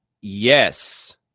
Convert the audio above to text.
Yes